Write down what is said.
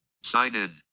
Sign-in